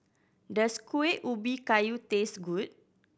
does Kuih Ubi Kayu taste good